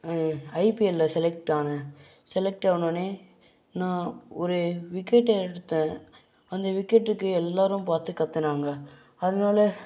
ஐபிஎல்ல செலெக்ட் ஆனேன் செலெக்ட் ஆனோனே நான் ஒரு விக்கெட் எடுத்தேன் அந்த விக்கெட்டுக்கு எல்லாரும் பார்த்து கத்துனாங்க அதனால